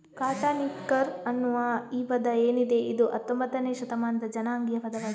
cotton picker ಅನ್ನುವ ಈ ಪದ ಏನಿದೆ ಇದು ಹತ್ತೊಂಭತ್ತನೇ ಶತಮಾನದ ಜನಾಂಗೀಯ ಪದವಾಗಿದೆ